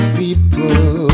people